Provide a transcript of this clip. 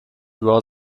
draw